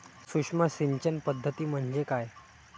सूक्ष्म सिंचन पद्धती म्हणजे काय?